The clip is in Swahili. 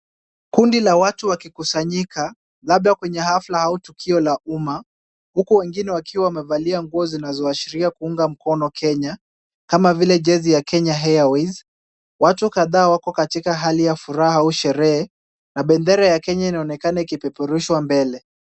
Kundi la watu wakikusanyika, labda kwenye hafla au tukio la umma, huku wengine wakiwa wamevaa nguo zinazoashiria kuunga mkono Kenya, kama vile jezi ya Kenya Airways . Watu kadhaa wako katika hali ya furaha au sherehe na bendera inaonekana ikipeperushwa mbele.